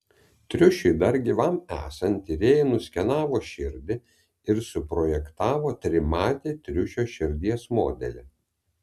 triušiui dar gyvam esant tyrėjai nuskenavo širdį ir suprojektavo trimatį triušio širdies modelį